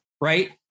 Right